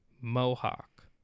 mohawk